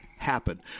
happen